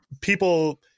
people